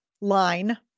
line